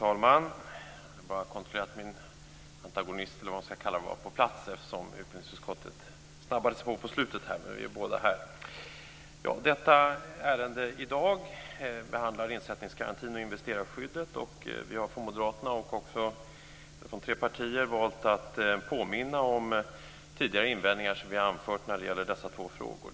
Fru talman! Dagens ärende behandlar insättningsgarantin och investerarskyddet. Vi har från tre partier valt att påminna om tidigare invändningar som vi anfört när det gäller dessa två frågor.